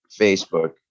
Facebook